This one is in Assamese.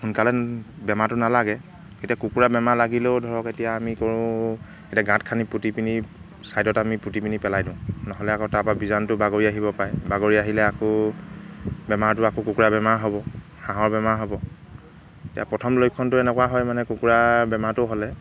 সোনকালে বেমাৰটো নালাগে এতিয়া কুকুৰা বেমাৰ লাগিলেও ধৰক এতিয়া আমি কৰোঁ এতিয়া গাঁত খান্দি পুতি পিনি ছাইদত আমি পুতি পিনি পেলাই দিওঁ নহ'লে আকৌ তাৰপৰা বীজাণুটো বাগৰি আহিব পাৰে বাগৰি আহিলে আকৌ বেমাৰটো আকৌ কুকুৰা বেমাৰ হ'ব হাঁহৰ বেমাৰ হ'ব এতিয়া প্ৰথম লক্ষণটো এনেকুৱা হয় মানে কুকুৰাৰ বেমাৰটো হ'লে